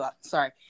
sorry